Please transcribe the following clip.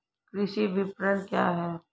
कृषि विपणन क्या है?